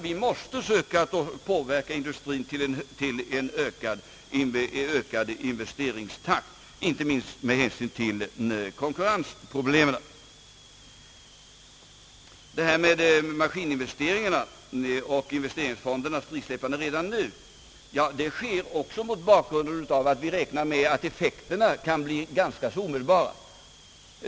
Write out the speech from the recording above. Vi måste söka påverka industrin till en ökad investeringstakt, inte minst med hänsyn till konkurrensproblemen. Investeringsfondernas = frisläppande redan nu sker också mot bakgrunden av att vi räknar med att effekterna skall bli ganska omedelbara.